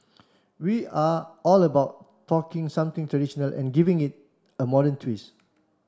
we are all about talking something traditional and giving it a modern twist